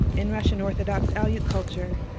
in russian orthodox aleut culture,